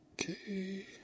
okay